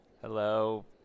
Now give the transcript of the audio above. Hello